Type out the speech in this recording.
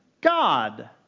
God